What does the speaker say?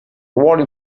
ruolo